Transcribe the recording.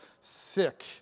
sick